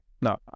no